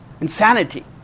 Insanity